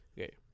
Okay